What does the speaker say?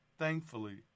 Thankfully